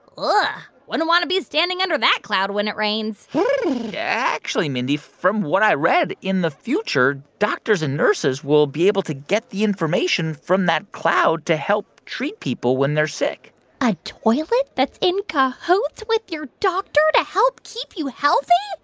but wouldn't want to be standing under that cloud when it rains actually, mindy, from what i read, in the future, doctors and nurses will be able to get the information from that cloud to help treat people when they're sick a toilet that's in cahoots with your doctor to help keep you healthy?